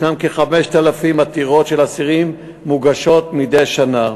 כ-5,000 עתירות של אסירים מוגשות מדי שנה,